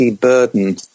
burden